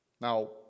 Now